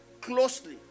closely